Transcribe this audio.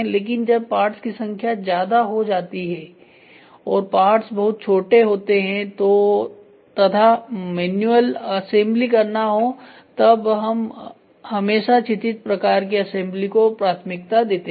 लेकिन जब पार्ट्स की संख्या ज्यादा होती हैऔर पार्ट्स बहुत छोटे होते हैं तथा मैन्युअल असेंबली करना हो तब हम हमेशा क्षितिज प्रकार की असेंबली को प्राथमिकता देते हैं